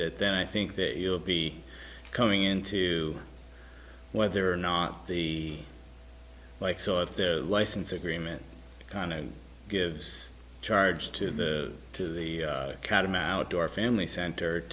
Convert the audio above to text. it then i think that you'll be coming into whether or not the like so if the license agreement kind of gives charge to the to the catamount outdoor family center